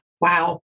Wow